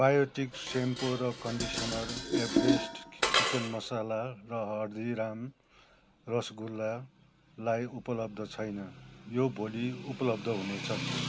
biotic shampoo र conditioner Everest chicken masala र हल्दीराम रसगुल्लालाई उपलब्ध छैन यो भोलि उपलब्ध हुनेछन्